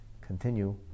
continue